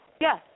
Yes